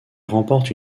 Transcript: remporte